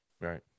right